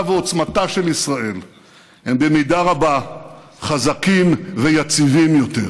ועוצמתה של ישראל הם במידה רבה חזקים ויציבים יותר.